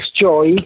joy